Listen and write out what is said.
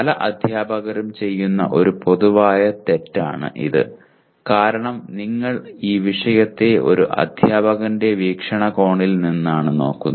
പല അധ്യാപകരും ചെയ്യുന്ന ഒരു പൊതുവായ തെറ്റാണ് ഇത് കാരണം നിങ്ങൾ ഈ വിഷയത്തെ ഒരു അധ്യാപകന്റെ വീക്ഷണകോണിൽ നിന്നാണ് നോക്കുന്നത്